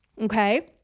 okay